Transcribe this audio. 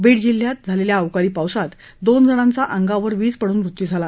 बीड जिल्ह्यात झालेल्या ध्रकाळी पावसात दोन जणाचा ध्रावर वीज पडून मृत्यू झाला